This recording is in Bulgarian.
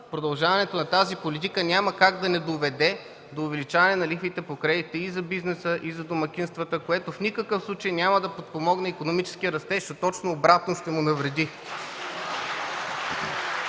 продължаването на тази политика няма как да не доведе до увеличаване на лихвите по кредита за бизнеса и за домакинствата, което в никакъв случай няма да подпомогне икономическия растеж, а точно обратно – ще му навреди.